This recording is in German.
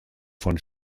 von